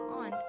on